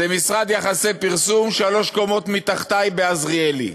זה משרד פרסום, שלוש קומות מתחתי ב"עזריאלי".